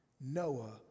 Noah